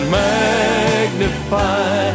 magnify